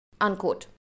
Unquote